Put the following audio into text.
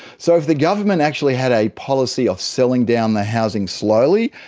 so if the government actually had a policy of selling down the housing slowly,